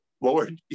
Lord